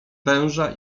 węża